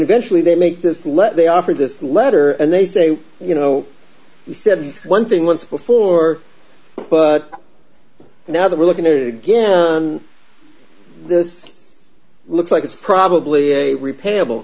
eventually they make this letter they offer this letter and they say you know we said one thing once before but now that we're looking at it again this looks like it's probably a repayable